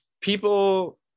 people